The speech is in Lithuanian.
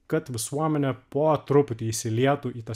kad visuomenė po truputį įsilietų į tą